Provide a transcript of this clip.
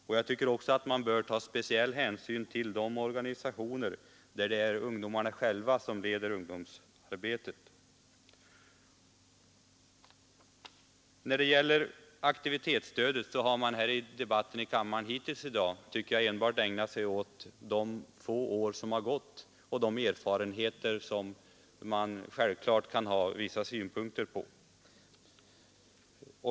Man bör också ta speciell hänsyn till de organisationer där det är ungdomarna själva som leder ungdomsarbetet. När det gäller aktivitetsstödet har man i debatten här i kammaren hittills i dag enbart ägnat sig åt erfarenheterna av de få år som har gått, och dem kan man självfallet ha vissa synpunkter på.